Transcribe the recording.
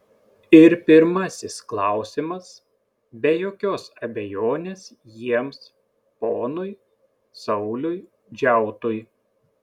ir pirmasis klausimas be jokios abejonės jiems ponui sauliui džiautui